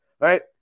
right